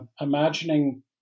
imagining